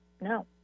No